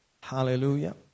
Hallelujah